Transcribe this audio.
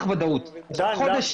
שצריך ודאות.